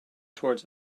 towards